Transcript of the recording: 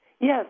Yes